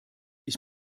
ich